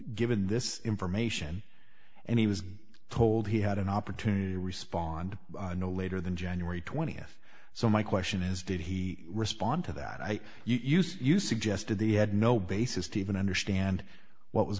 given this information and he was told he had an opportunity to respond no later than january th so my question is did he respond to that i use you suggested they had no basis to even understand what was